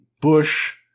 Bush